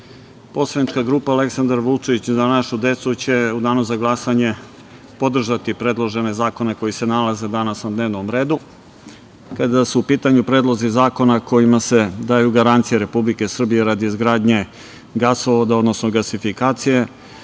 poslanička grupa „Aleksandar Vučić – Za našu decu“ će u danu za glasanje podržati predložene zakone koji se nalaze danas na dnevnom redu. Kada su u pitanju predlozi zakona kojima se daju garancije Republike Srbije radi izgradnje gasovoda, odnosno gasifikacije,